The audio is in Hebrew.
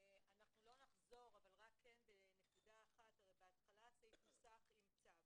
אנחנו לא נחזור אבל בנקודה אחת בהתחלה הרי הסעיף נוסח עם צו.